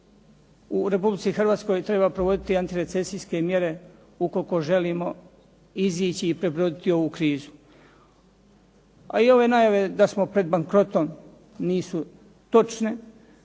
u Republici Hrvatskoj treba provoditi antirecesijske mjere ukoliko želimo izići i prebroditi ovu krizu. A i ove najave da smo pred bankrotom nisu točne.